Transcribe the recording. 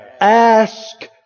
ask